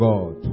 God